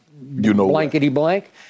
blankety-blank